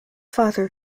father